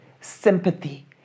sympathy